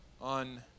on